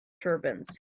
turbans